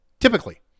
Typically